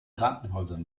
krankenhäusern